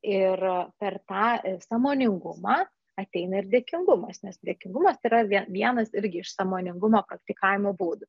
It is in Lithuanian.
ir per tą sąmoningumą ateina ir dėkingumas nes dėkingumas yra vien vienas irgi iš sąmoningumo praktikavimo būdų